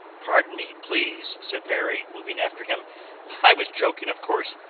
pardon me, please, said barry, moving after him i was joking of course.